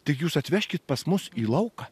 tik jūs atvežkit pas mus į lauką